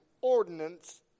ordinance